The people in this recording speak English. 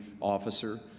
officer